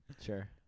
Sure